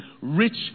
rich